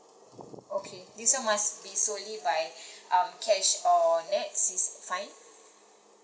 okay this one must be solely by um cash or nets is fine